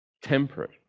temperate